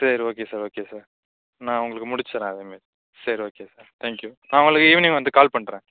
சரி okay sir okay sir நான் உங்களுக்கு முடிச்சிடுறேன் அதே மாதிரி சரி ஓகே சார் தேங்கியூ நான் உங்களுக்கு ஈவினிங் வந்துட்டு கால் பண்ணுறேன்